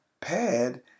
pad